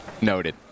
Noted